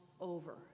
over